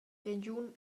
regiun